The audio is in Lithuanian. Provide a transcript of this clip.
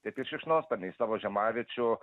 taip ir šikšnosparniai savo žiemaviečių